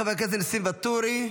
חבר הכנסת נסים ואטורי,